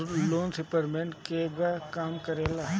Loan repayment केगा काम करेला?